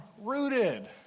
rooted